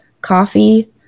coffee